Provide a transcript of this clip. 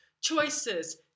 Choices